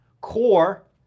core